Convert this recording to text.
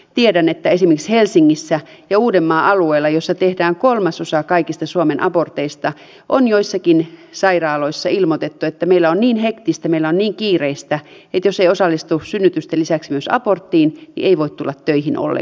tiedän että esimerkiksi helsingissä ja uudenmaan alueella missä tehdään kolmasosa kaikista suomen aborteista on joissakin sairaaloissa ilmoitettu että meillä on niin hektistä meillä on niin kiireistä että jos ei osallistu synnytysten lisäksi myös aborttiin niin ei voi tulla töihin ollenkaan